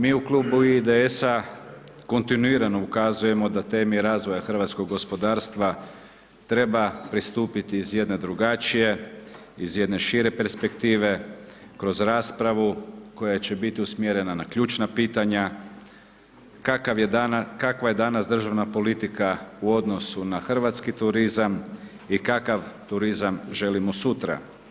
Mi u klubu IDS-a kontinuirano ukazujemo da temi razvoja hrvatskog gospodarstva treba pristupiti iz jedne drugačije, iz jedne šire perspektive kroz raspravu koja će biti usmjerena na ključna pitanja, kakva je danas državna politika u odnosu na hrvatski turizam i kakav turizam želimo sutra.